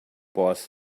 boss